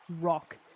rock